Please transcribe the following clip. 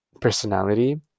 personality